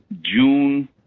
June